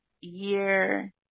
year